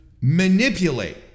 manipulate